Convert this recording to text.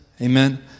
amen